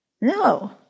No